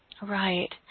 Right